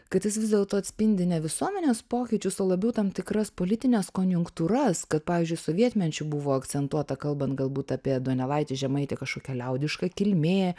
kad jis vis dėlto atspindi ne visuomenės pokyčius o labiau tam tikras politines konjunktūras konjunktūras kad pavyzdžiui sovietmečiu buvo akcentuota kalbant galbūt apie donelaitį žemaitę kažkokia liaudiška kilmė